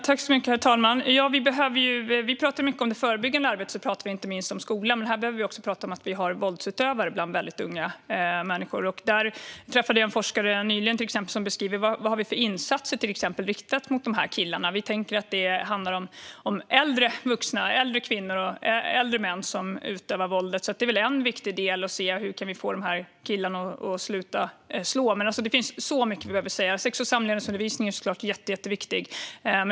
Herr talman! Vi talar mycket om det förebyggande arbetet, inte minst när det gäller skolan, och här måste vi också tala om att det finns våldsutövare bland väldigt unga människor. Jag träffade nyligen en forskare som tog upp vad vi gör för insatser riktat mot dessa unga killar. Vi tänker ofta att det är äldre personer som utövar våld. Det är en viktig del när det gäller att få de unga killarna att sluta slå. Det finns så mycket som behöver sägas. Sex och samlevnadsundervisningen är såklart jätteviktig.